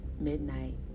Midnight